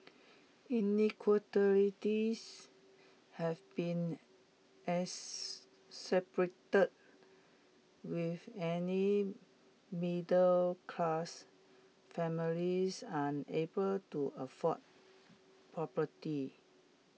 inequalities have been exacerbated with any middle class families unable to afford property